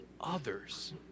others